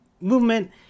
movement